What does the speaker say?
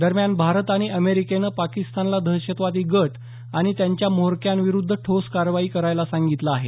दरग्यान भारत आणि अमेरिकेनं पाकिस्तानला दहशतवादी गट आणि त्यांच्या म्होग्वयांविरुद्ध ठोस कारवाई करायला सांगितलं आहे